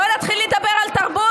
בואו נתחיל לדבר על תרבות.